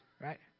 right